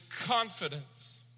confidence